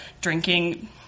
drinking